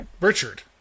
Richard